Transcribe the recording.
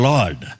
Lord